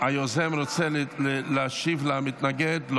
היוזם רוצה להשיב למתנגד?